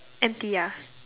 empty ah